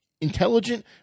intelligent